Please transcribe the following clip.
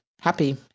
happy